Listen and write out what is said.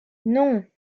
non